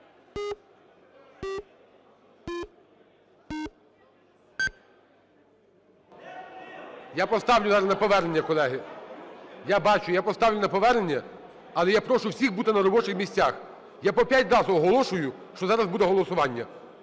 Я поставлю на повернення, колеги. Я бачу. Я поставлю на повернення, але я прошу всіх бути на робочих місцях. Я по п'ять раз оголошую, що зараз буде голосування.